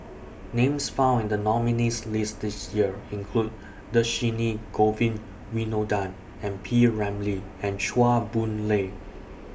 Names found in The nominees' list This Year include Dhershini Govin Winodan and P Ramlee and Chua Boon Lay